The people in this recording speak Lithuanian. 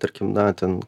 tarkim na ten